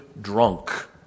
drunk